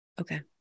Okay